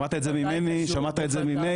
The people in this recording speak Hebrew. שמעת את זה ממני, שמעת את זה ממאיר.